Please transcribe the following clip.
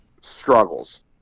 struggles